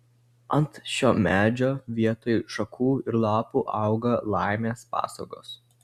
ant šio medžios vietoj šakų ir lapų auga laimės pasagos